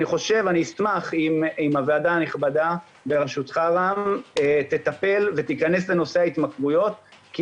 אני אשמח אם הוועדה בראשותך תכנס לנושא ההתמכרויות כי